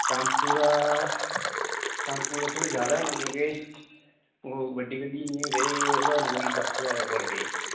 tempo दा tempo दा थोह्ड़ा जादै होना क्योंकि ओह् बड्डी गड्डी ते ओह्दा होना कोई दस्स ज्हार पर डे